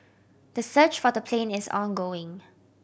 the search for the plane is ongoing